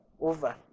over